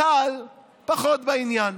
צה"ל פחות בעניין.